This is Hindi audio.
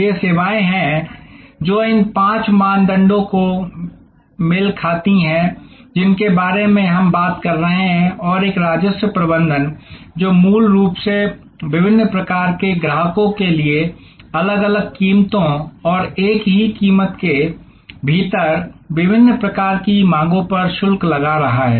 ये सेवाएं हैं जो इन पांच मानदंडों से मेल खाती हैं जिनके बारे में हम बात कर रहे हैं और एक राजस्व प्रबंधन जो मूल रूप से विभिन्न प्रकार के ग्राहकों के लिए अलग अलग कीमतों और एक ही एपिसोड के भीतर विभिन्न प्रकार की मांगों पर शुल्क लगा रहा है